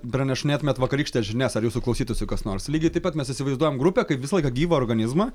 pranešinėtumėt vakarykštes žinias ar jūsų klausytųsi kas nors lygiai taip pat mes įsivaizduojam grupę kaip visą laiką gyvą organizmą